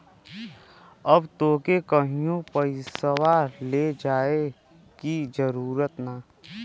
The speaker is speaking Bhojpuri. अब तोके कहींओ पइसवा ले जाए की जरूरत ना